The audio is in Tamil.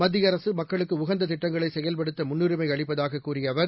மத்திய அரசு மக்களுக்கு உகந்த திட்டங்களை செயல்படுத்த முன்னுரிமை அளிப்பதாக கூறிய அவர்